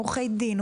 עורכי דין,